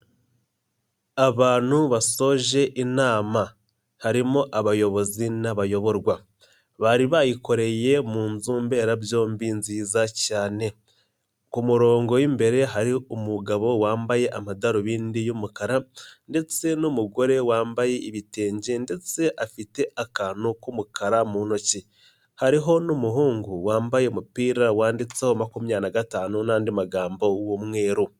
Abantu basoje inama, harimo abayobozi n'abayoborwa, bari bayikoreye mu nzu mberabyombi nziza cyane, ku kumurongo w'imbere hari umugabo wambaye amadarubindi y'umukara ndetse n'umugore wambaye ibitenge ndetse afite akantu k'umukara mu ntoki, hariho n'umuhungu wambaye umupira wanditseho makumyabiri na gatanu n'andi magambo w'umweru.